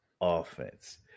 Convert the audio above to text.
offense